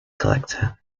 collector